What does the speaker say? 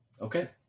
Okay